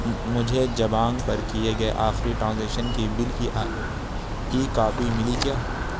مجھے جبانگ پر کیے گئے آخری ٹرانزیکشن کی بل کی آ کی کاپی ملی کیا